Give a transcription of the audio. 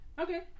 Okay